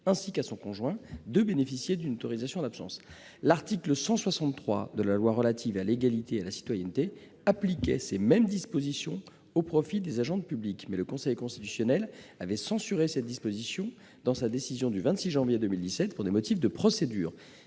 ainsi qu'à son conjoint, de bénéficier d'une autorisation d'absence. L'article 163 de la loi relative à l'égalité et à la citoyenneté étendait ces dispositions aux agentes publiques, mais le Conseil constitutionnel les a censurées dans sa décision du 26 janvier 2017, pour des motifs de procédure.